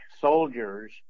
soldiers